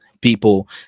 people